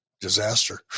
disaster